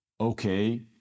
okay